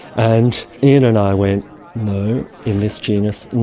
and ian and i went no in this genus,